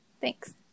Thanks